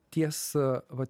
ties va